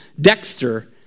Dexter